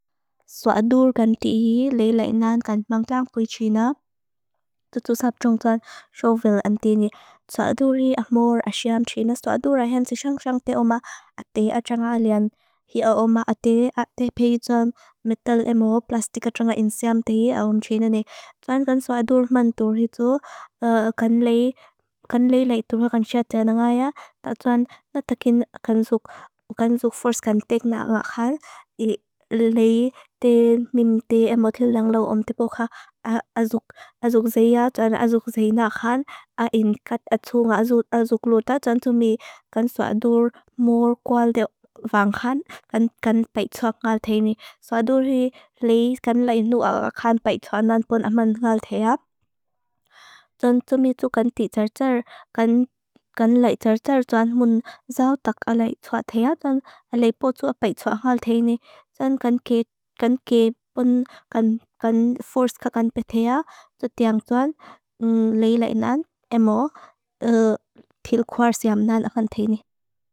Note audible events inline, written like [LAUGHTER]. Sua adur kan tii leileinan kan mangtaan kwi tina [HESITATION] tutusap tung tuan shovil an tini. Sua adur ri ahmur asyam tina. Sua adur ahensi syang syang te oma ati atyang alian. Hia oma ati ati pey tuan metal emo plastik atyang insyam tini awum tina ne. Tuan kan sua adur mandur hitu [HESITATION] kan leileitur kan tia tina ngaia. Ta tuan natakin [HESITATION] kan suk fors kan tek na nga khan. I leilei ten mimte emo tilang lau om tipo kha azuk azuk zeya tuan azuk zey na khan. A inkat atu nga azuk azuk luta. Tuan tumi kan sua adur mor kwal deo vang khan. Kan pey tuan ngal tini. Sua adur ri leilei kan leilu a nga khan pey tuan anpon aman ngal thea. Tuan tumi tu kan ti tsar tsar. [HESITATION] Kan lei tsar tsar tuan mun zao tak alai tsua thea. Tuan alai potu apay tsua hal thea ni. Tuan kan ke pon kan fors ka kan pe thea. Tuan leilei nan emo [HESITATION] til kwarsiam nan akhan thea ni.